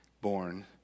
born